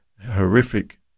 horrific